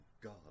God